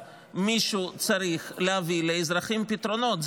בסוף מישהו צריך להביא לאזרחים פתרונות.